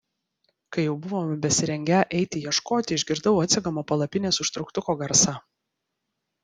kai jau buvome besirengią eiti ieškoti išgirdau atsegamo palapinės užtrauktuko garsą